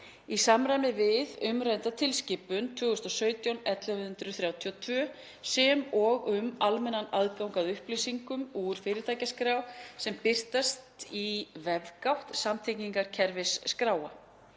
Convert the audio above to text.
í samræmi við umrædda tilskipun (ESB) 2017/1132, sem og um almennan aðgang að upplýsingum úr fyrirtækjaskrá sem birtast í vefgátt samtengingarkerfis skráa.